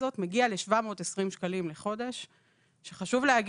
השיקומיים יש לנו דין ודברים ושיח שהוא מתמשך,